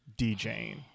DJing